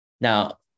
Now